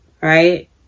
Right